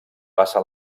passa